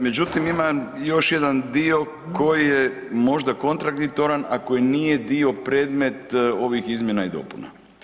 Međutim, ima još jedan dio koji je možda kontradiktoran, a koji nije dio predmet ovih izmjena i dopuna.